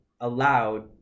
allowed